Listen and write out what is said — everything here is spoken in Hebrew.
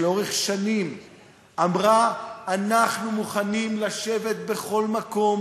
שלאורך שנים אמרה: אנחנו מוכנים לשבת בכל מקום,